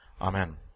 Amen